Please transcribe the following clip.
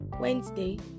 Wednesday